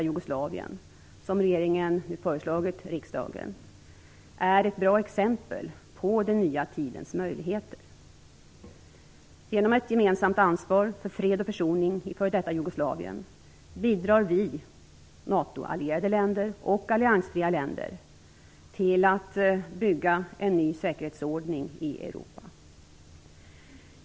Jugoslavien, som regeringen nu föreslagit riksdagen, är ett bra exempel på den nya tidens möjligheter. Genom ett gemensamt ansvar för fred och försoning i f.d. Jugoslavien bidrar vi - NATO-allierade länder och alliansfria länder - till att bygga en ny säkerhetsordning i Europa.